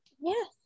Yes